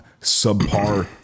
subpar